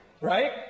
right